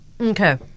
Okay